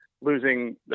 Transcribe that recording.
losing